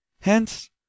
hence